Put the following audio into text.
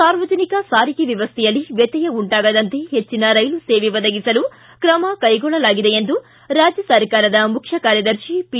ಸಾರ್ವಜನಿಕ ಸಾರಿಗೆ ವ್ಯವಸ್ಥೆಯಲ್ಲಿ ವ್ಯತ್ಯಯ ಉಂಟಾಗದಂತೆ ಹೆಚ್ಚಿನ ರೈಲು ಸೇವೆ ಒದಗಿಸಲು ತ್ರಮ ಕೈಗೊಳ್ಳಲಾಗಿದೆ ಎಂದು ರಾಜ್ಯ ಸರ್ಕಾರದ ಮುಖ್ಯ ಕಾರ್ಯದರ್ಶಿ ಪಿ